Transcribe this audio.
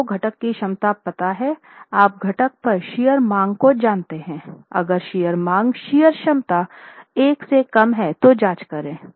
आप को घटक की क्षमता पता है आप घटक पर शियर मांग को जानते हैं अगर शियर मांग शियर क्षमता एक से कम है तो जाँच करे